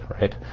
right